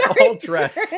all-dressed